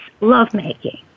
lovemaking